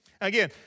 Again